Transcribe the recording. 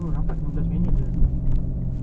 very fast